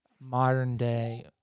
modern-day